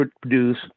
produce